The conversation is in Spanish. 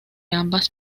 ambas